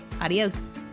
Adios